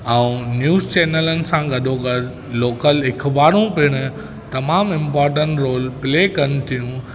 ऐं न्यूज़ चैनलनि सां गॾोगॾु लोकल अख़बारूं पिणि तमामु इंपोर्टेंट रोल प्ले कनि थियूं